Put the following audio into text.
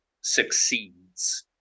succeeds